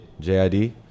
J-I-D